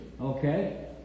Okay